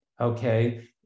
Okay